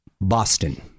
Boston